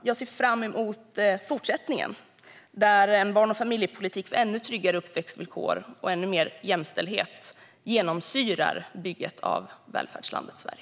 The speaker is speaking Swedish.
Jag ser fram emot fortsättningen, där barn och familjepolitik för ännu tryggare uppväxtvillkor och ännu mer jämställdhet genomsyrar bygget av välfärdslandet Sverige.